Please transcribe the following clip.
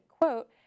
quote